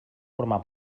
formar